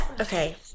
Okay